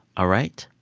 all right?